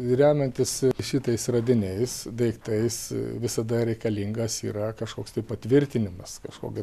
remiantis šitais radiniais daiktais visada reikalingas yra kažkoks tai patvirtinimas kažkokia